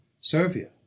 Serbia